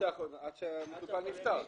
עד שהמטופל נפטר.